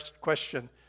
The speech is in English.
question